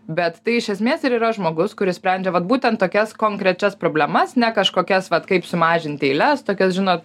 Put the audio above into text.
bet tai iš esmės ir yra žmogus kuris sprendžia vat būtent tokias konkrečias problemas ne kažkokias vat kaip sumažint eiles tokias žinot